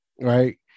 right